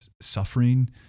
suffering